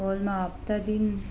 हलमा हप्तादिन